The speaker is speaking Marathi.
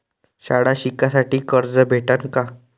शाळा शिकासाठी कर्ज भेटन का?